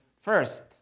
first